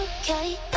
okay